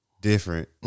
Different